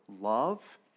love